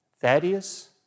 Thaddeus